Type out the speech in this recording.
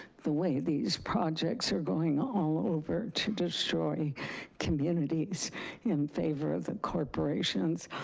the way these projects are going all over to destroy communities in favor of the corporations.